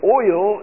oil